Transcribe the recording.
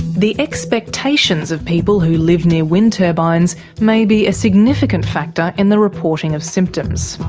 the expectations of people who live near wind turbines may be a significant factor in the reporting of symptoms.